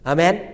Amen